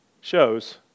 shows